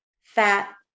fat